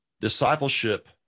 discipleship